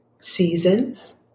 seasons